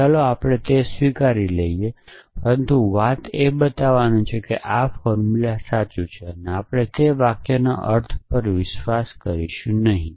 ચાલો આપણે તે સ્વીકારી લઈએ પરંતુ અહી બતાવવાની વાત એ છે કે આ ફોર્મુલા સાચું છે આપણે તે વાક્યોના અર્થ પર જઈશું નહીં